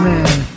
Man